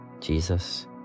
Jesus